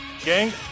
Gang